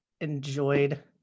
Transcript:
enjoyed